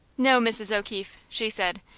no, mrs. o'keefe, she said.